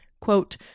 quote